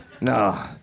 No